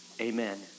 Amen